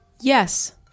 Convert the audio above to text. Yes